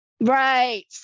right